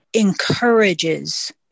encourages